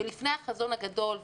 ולפני החזון הגדול,